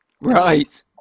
Right